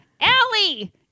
Allie